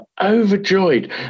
overjoyed